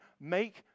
make